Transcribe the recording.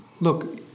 Look